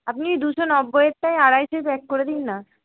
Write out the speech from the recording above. আপনি দুশো নব্বয়েরটাই আড়াইশোয় প্যাক করে দিন না